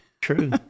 True